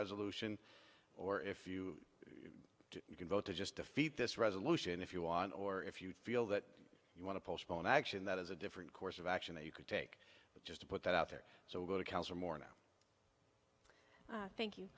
resolution or if you you can vote to just defeat this resolution if you want or if you feel that you want to postpone action that is a different course of action that you could take but just to put that out there so to counter more now thank you